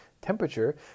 temperature